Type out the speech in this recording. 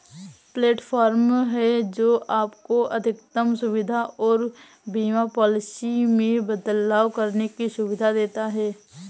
platform है, जो आपको अधिकतम सुविधा और बीमा पॉलिसी में बदलाव करने की सुविधा देता है